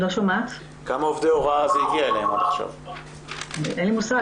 אין לי מושג.